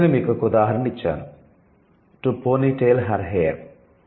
నేను మీకొక ఉదాహరణ ఇచ్చాను 'to ponytail her hair'